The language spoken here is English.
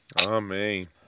Amen